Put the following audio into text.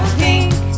pink